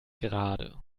gerade